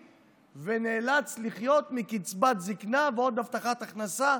ונאלץ לחיות מקצבת זקנה ועוד הבטחת הכנסה,